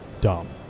dumb